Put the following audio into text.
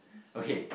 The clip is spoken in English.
okay